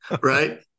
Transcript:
right